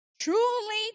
truly